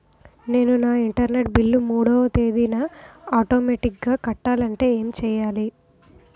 నేను నా internet bill మూడవ తేదీన ఆటోమేటిగ్గా కట్టాలంటే ఏం చేయాలి?